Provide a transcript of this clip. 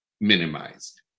minimized